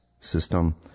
system